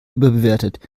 überbewertet